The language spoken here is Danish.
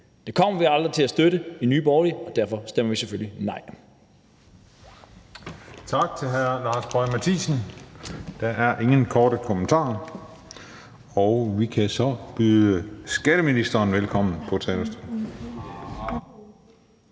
Det kommer vi aldrig til at støtte i Nye Borgerlige, og derfor stemmer vi selvfølgelig nej. Kl. 19:19 Den fg. formand (Christian Juhl): Tak til hr. Lars Boje Mathiesen. Der er ingen korte bemærkninger. Og vi kan så byde skatteministeren velkommen på talerstolen.